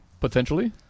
potentially